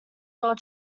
world